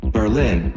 Berlin